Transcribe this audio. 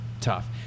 tough